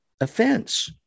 offense